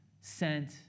sent